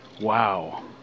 Wow